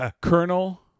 Colonel